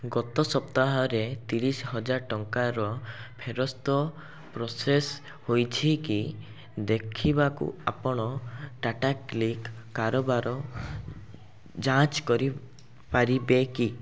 ଗତ ସପ୍ତାହରେ ତିରିଶ ହଜାର ଟଙ୍କାର ଫେରସ୍ତ ପ୍ରୋସେସ୍ ହୋଇଛି କି ଦେଖିବାକୁ ଆପଣ ଟାଟା କ୍ଲିକ୍ କାରବାର ଯାଞ୍ଚ କରିପାରିବେ କି